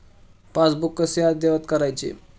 Passbook कसे अद्ययावत करायचे?